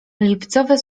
lipcowe